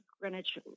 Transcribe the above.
Greenwich